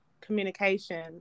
communication